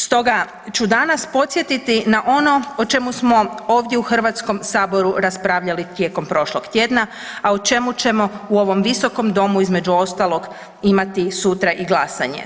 Stoga ću danas podsjetiti na ono o čemu smo ovdje u Hrvatskom saboru raspravljali tijekom prošlog tjedna, a o čemu ćemo u ovom visokom domu imati sutra i glasanje.